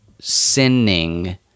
sinning